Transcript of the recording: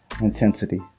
intensity